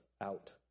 out